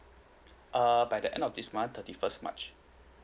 err by the end of this month thirty first march